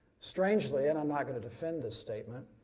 strangely, and i'm not going to defend the statement,